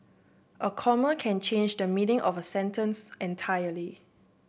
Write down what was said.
a comma can change the meaning of a sentence entirely